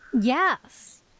Yes